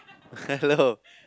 hello